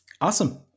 Awesome